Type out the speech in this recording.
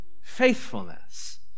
faithfulness